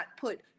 put